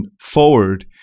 forward